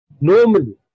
Normally